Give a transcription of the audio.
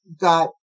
got